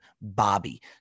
Bobby